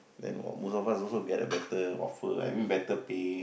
then most of us also got a better offer I mean better pay